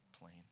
plain